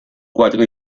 cuatro